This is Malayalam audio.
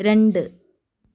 രണ്ട്